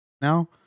now